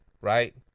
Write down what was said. Right